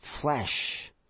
flesh